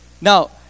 now